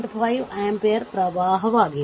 5 ampere ಪ್ರವಾಹವಾಗಿದೆ